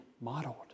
modeled